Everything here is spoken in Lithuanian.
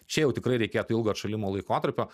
čia jau tikrai reikėtų ilgo atšalimo laikotarpio